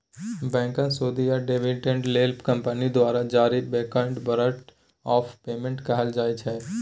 बैंकसँ सुदि या डिबीडेंड लेल कंपनी द्वारा जारी बाँडकेँ बारंट आफ पेमेंट कहल जाइ छै